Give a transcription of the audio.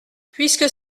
puisque